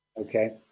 Okay